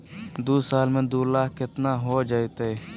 दू साल में दू लाख केतना हो जयते?